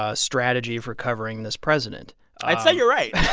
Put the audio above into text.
ah strategy for covering this president i'd say you're right